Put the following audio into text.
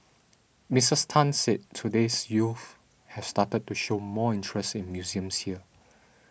Mrs Tan said today's youth have started to show more interest in museums here